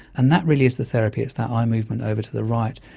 and that really is the therapy, it's that eye movement over to the right.